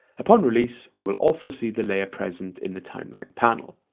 upon release we will also see the layer present in the timeline panel,